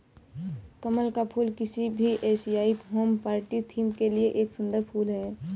कमल का फूल किसी भी एशियाई होम पार्टी थीम के लिए एक सुंदर फुल है